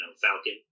falcon